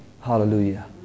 hallelujah